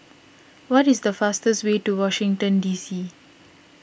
what is the fastest way to Washington D C